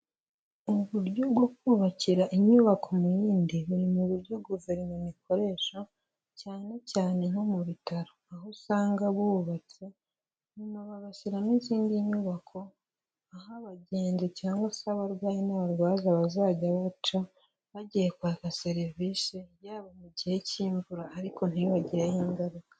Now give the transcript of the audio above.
Uburyo bwo kubakira inyubako mu yindi, buri mu buryo guverinoma ikoresha cyane cyane nko mu bitaro, aho usanga bubatse nyuma bagashyiramo izindi nyubako, aho abagenzi cyangwa se abarwayi n'abarwaza bazajya baca bagiye kwaka serivisi, yaba mu gihe cy'imvura ariko ntibibagireho ingaruka.